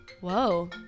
whoa